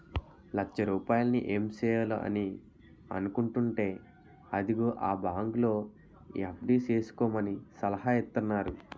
లచ్చ రూపాయలున్నాయి ఏం సెయ్యాలా అని అనుకుంటేంటే అదిగో ఆ బాంకులో ఎఫ్.డి సేసుకోమని సలహా ఇత్తన్నారు